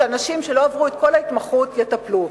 שאנשים שלא עברו את כל ההתמחות יטפלו.